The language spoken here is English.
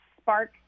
spark